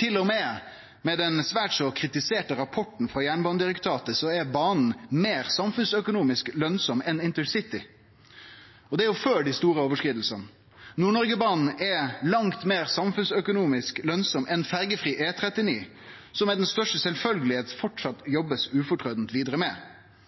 Til og med med den svært så kritiserte rapporten frå Jernbanedirektoratet er banen meir samfunnsøkonomisk lønsam enn intercity, og det er før dei store overskridingane. Nord-Noreg-banen er langt meir samfunnsøkonomisk lønsam enn ferjefri E39, som det med den største sjølvfølgje framleis blir jobba ufortrødent vidare med.